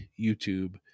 youtube